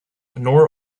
nor